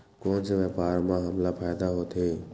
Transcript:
कोन से व्यापार म हमला फ़ायदा होथे?